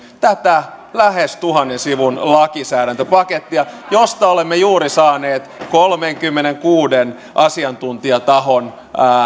tätä lähes tuhannen sivun lakisäädäntöpakettia josta olemme juuri saaneet kolmenkymmenenkuuden asiantuntijatahon